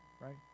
right